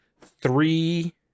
three